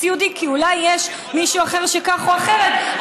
סיעודי כי אולי יש מישהו אחר שכך או אחרת,